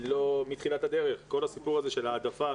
מתחילת הדרך כל הסיפור הזה של העדפה,